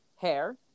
hair